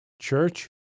Church